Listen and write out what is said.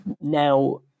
Now